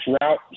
route